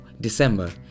december